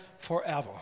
forever